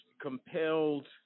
compelled